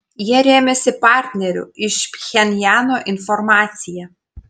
jie rėmėsi partnerių iš pchenjano informacija